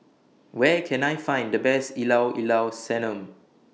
Where Can I Find The Best Ilao Ilao Sanum